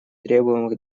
требуемых